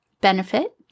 benefit